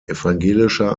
evangelischer